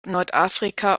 nordafrika